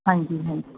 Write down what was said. ਹਾਂਜੀ ਹਾਂਜੀ